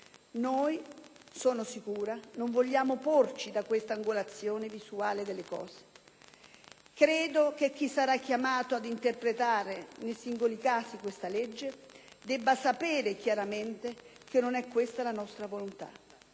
Noi - sono sicura - non vogliamo porci da questa angolazione visuale delle cose. Credo che chi sarà chiamato ad interpretare nei singoli casi questa legge debba sapere chiaramente che non è questa la nostra volontà.